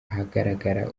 ahagaragara